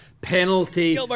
penalty